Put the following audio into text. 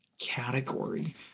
category